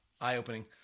Eye-opening